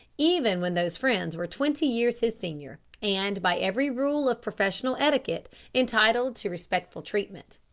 even when those friends were twenty years his senior, and by every rule of professional etiquette entitled to respectful treatment.